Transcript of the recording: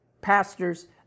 pastors